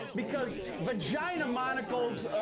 because vagina monocles,